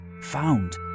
found